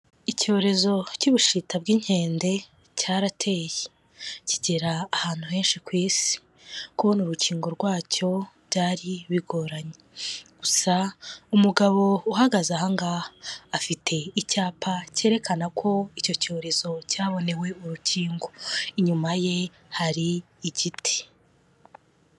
Icyorezo cy'ubushita bw'inkende cyarateye kigera ahantu henshi ku isi, kubona urukingo rwacyo byari bigoranye. Gusa umugabo uhagaze aha ngaha, afite icyapa cyerekana ko icyo cyorezo cyabonewe urukingo inyuma ye hari igiti.